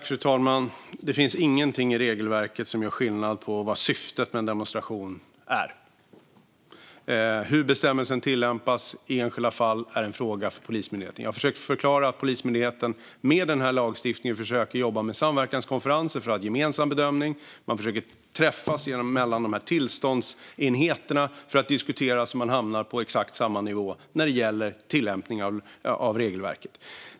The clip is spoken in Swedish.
Fru talman! Det finns ingenting i regelverket som gör skillnad vad gäller syftet med en demonstration. Hur bestämmelsen tillämpas i enskilda fall är en fråga för Polismyndigheten. Jag har försökt förklara att Polismyndigheten när det gäller den här lagstiftningen försöker jobba med samverkanskonferenser för att nå en gemensam bedömning. Man försöker träffas mellan tillståndsenheterna för att diskutera, så att man hamnar på exakt samma nivå i tillämpningen av regelverket.